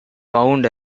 found